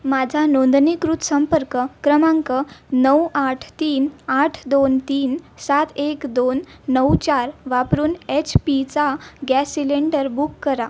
माझा नोंदणीकृत संपर्क क्रमांक नऊ आठ तीन आठ दोन तीन सात एक दोन नऊ चार वापरून एच पीचा गॅस सिलेंडर बुक करा